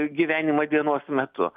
gyvenimą dienos metu